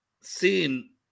seen